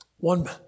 One